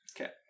Okay